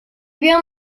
bien